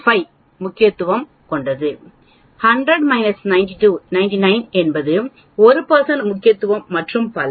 5 முக்கியத்துவம் 100 99 என்பது 1 முக்கியத்துவம் மற்றும் பல